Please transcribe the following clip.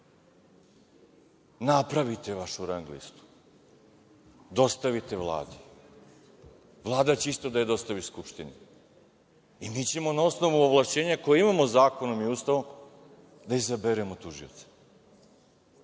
Napravite vašu rang listu, dostavite Vladi, Vlada će isto da je dostavi Skupštini i mi ćemo na osnovu ovlašćenja koja imamo zakonom i Ustavom da izaberemo tužioca.